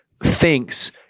thinks